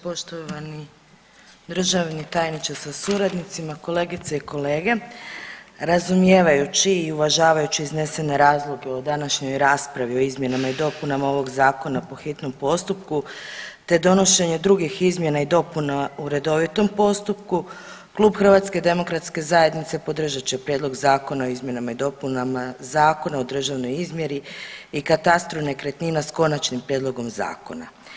Poštovani državni tajniče sa suradnicima, kolegice i kolege, razumijevajući i uvažavajući iznesene razloge u današnjoj raspravi o izmjenama i dopunama ovog zakona po hitnom postupku te donošenje drugih izmjena i dopuna u redovitom postupku Klub HDZ-a podržat će prijedlog Zakona o izmjenama i dopunama Zakona o državnoj izmjeri i katastru nekretnina s konačnim prijedlogom zakona.